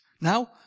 Now